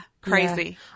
crazy